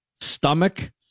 stomach